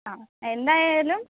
ആ എന്തായാലും